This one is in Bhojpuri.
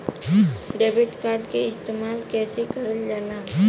डेबिट कार्ड के इस्तेमाल कइसे करल जाला?